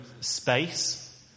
space